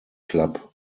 club